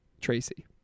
Tracy